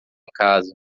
casa